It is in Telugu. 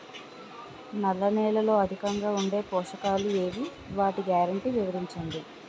నల్ల నేలలో అధికంగా ఉండే పోషకాలు ఏవి? వాటి గ్యారంటీ వివరించండి?